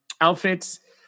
outfits